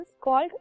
called